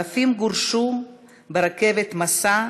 אלפים גורשו ברכבות מסע,